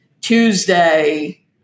Tuesday